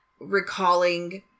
recalling